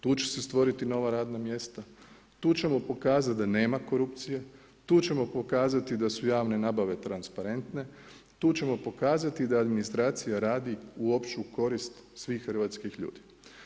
Tu će se stvoriti nova radna mjesta, tu ćemo pokazati da nema korupcije, tu ćemo pokazati, da su javne nabave transparente, tu ćemo pokazati da administracija radi u opću korist svih hrvatskih ljudi.